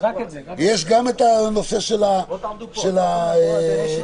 יש גם הנושא של השירות.